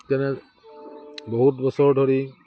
তেনে বহুত বছৰ ধৰি